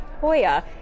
Hoya